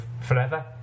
forever